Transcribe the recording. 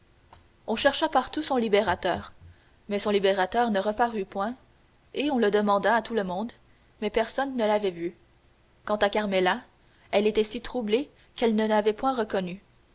on chercha partout son libérateur mais son libérateur ne reparut point on le demanda à tout le monde mais personne ne l'avait vu quant à carmela elle était si troublée qu'elle ne l'avait point reconnu